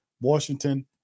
Washington